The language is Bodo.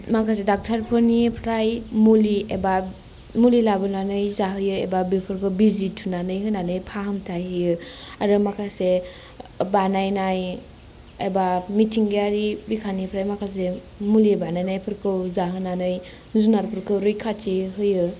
माखासे डाक्टारफोरनिफ्राय मुलि एबा मुलि लाबोनानै जाहोयो एबा बेफोरखौ बिजि थुनानै होनानै फाहामथाय होयो आरो माखासे बानायनाय एबा मिथिंगायारि बिखानिफ्राय माखासे मुलि बानायनाय फोरखौ जाहोनानै जुनारफोरखौ रैखाथि होयो